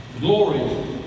Glory